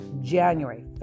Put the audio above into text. January